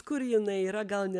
kur jinai yra gal ne